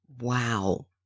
Wow